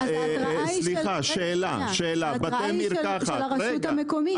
אז ההתרעה היא של הרשות המקומית.